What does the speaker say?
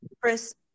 chris